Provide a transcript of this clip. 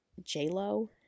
j-lo